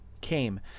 came